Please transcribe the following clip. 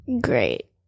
Great